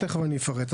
תיכף אני אפרט.